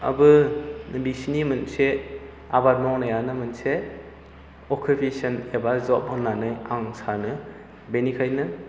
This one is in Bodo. आबो बिसिनि मोनसे आबाद मावनायानो मोनसे अकुपेसन एबा जब होननानै आं सानो बेनिखायनो